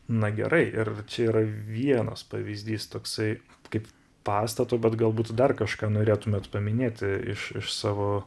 na gerai ir čia yra vienas pavyzdys toksai kaip pastato bet galbūt dar kažką norėtumėt paminėti iš iš savo